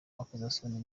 urukozasoni